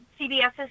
CBS's